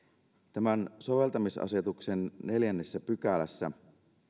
tämän soveltamisasetuksen neljännessä pykälässä